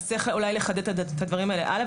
צריך אולי לחדד את הדברים האלה הלאה,